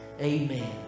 amen